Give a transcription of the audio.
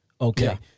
Okay